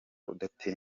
udatera